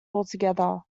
altogether